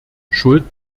schuld